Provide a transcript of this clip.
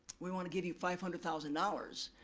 we want to give you five hundred thousand dollars,